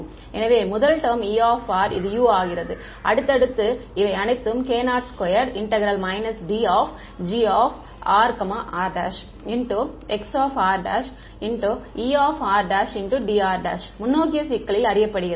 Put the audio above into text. எனவே முதல் term E இது u ஆகிறது அடுத்தது இவை அனைத்தும் k02 DGrr χrErdr முன்னோக்கிய சிக்கலில் அறியப்படுகிறது